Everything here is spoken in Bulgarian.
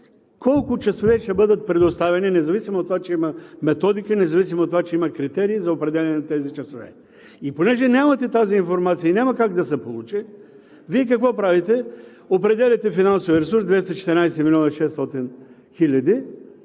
колко часове ще бъдат предоставени, независимо от това, че има Методика, независимо от това, че има критерии за определяне на тези часове. Понеже нямате тази информация и няма как да се получи, Вие какво правите? Определяте финансовия ресурс – 214 милиона 600 хиляди